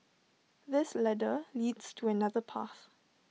this ladder leads to another path